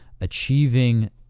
achieving